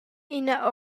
ina